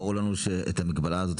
ברור לנו שאת המגבלה הזאת,